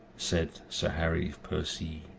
said sir harry percye.